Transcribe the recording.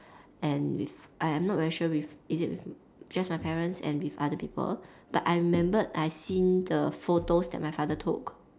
and with I I'm not very with sure is it just my parents and with other people but I remembered I seen the photos that my father took